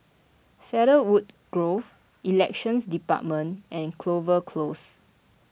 Cedarwood Grove Elections Department and Clover Close